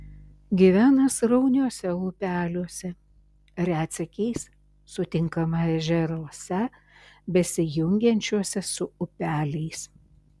gyvena srauniuose upeliuose retsykiais sutinkama ežeruose besijungiančiuose su upeliais